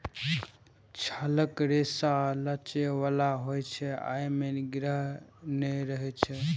छालक रेशा लचै बला होइ छै, अय मे गिरह नै रहै छै